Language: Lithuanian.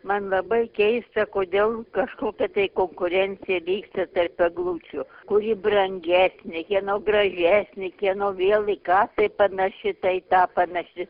man labai keista kodėl kažkokia tai konkurencija vyksta tarp eglučių kuri brangesnė kieno gražesnė kieno vėl į ką tai panaši tai tą panaši